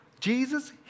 Jesus